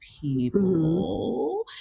people